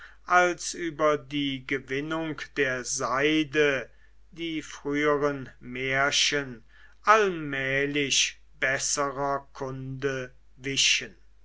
als über die gewinnung der seide die früheren märchen allmählich besserer kunde wichen